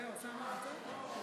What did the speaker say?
עמד פה.